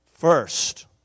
First